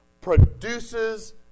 produces